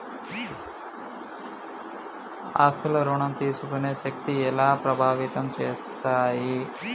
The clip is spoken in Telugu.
ఆస్తుల ఋణం తీసుకునే శక్తి ఎలా ప్రభావితం చేస్తాయి?